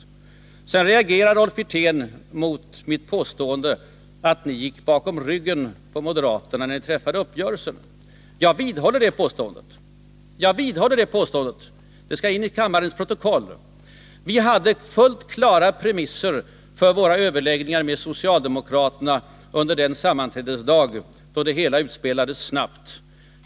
Rolf Wirtén reagerade mot mitt påstående att ni gick bakom ryggen på moderaterna när ni träffade uppgörelsen. Jag vidhåller det påståendet — det | skall in i kammarens protokoll. | Vi hade fullt klara premisser för våra överläggningar med socialdemokraterna under den sammanträdesdag då det hela utspelades snabbt.